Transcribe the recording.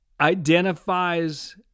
identifies